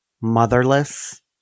motherless